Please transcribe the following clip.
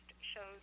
shows